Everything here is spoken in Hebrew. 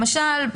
למשל,